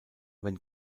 wenn